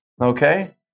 okay